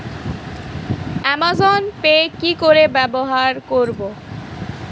Amazon Pay কি করে ব্যবহার করব?